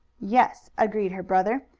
yes, agreed her brother.